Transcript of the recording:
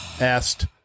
asked